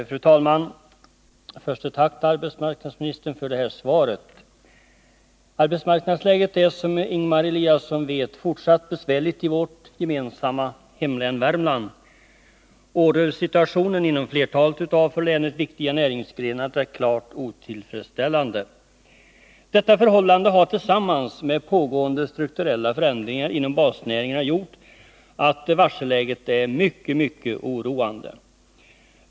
Fru talman! Först ett tack till arbetsmarknadsministern för det här svaret. Arbetsmarknadsläget är, som Ingemar Eliasson vet, fortsatt besvärligt i vårt gemensamma hemlän Värmland. Ordersituationen inom flertalet av för länet viktiga näringsgrenar är klart otillfredsställande. Detta förhållande har, tillsammans med pågående strukturella förändringar inom basnäringarna, gjort att varselläget är mycket oroande.